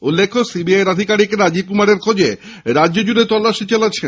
উল্লেখ্য সিবিআই এর আধিকারিকরা রাজীব কুমারের খোঁজে রাজ্যজুড়ে তল্লাশি চালাচ্ছেন